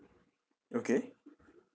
okay